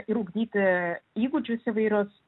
ir ugdyti įgūdžius įvairius